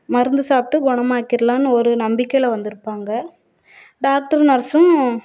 மருந்து சாப்பிட்டு குணமாக்கிரலான்னு ஒரு நம்பிக்கையில வந்துருப்பாங்க டாக்ட்ரும் நர்ஸும்